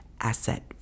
asset